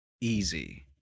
easy